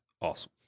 awesome